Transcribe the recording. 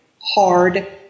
hard